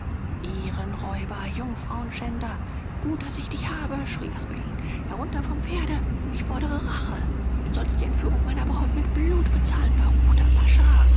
ehrenräuber jungfrauenschänder gut daß ich dich habe schrie asperlin herunter vom pferde ich fordere rache du sollst die entführung meiner braut mit blut bezahlen verruchter pascha